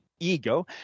ego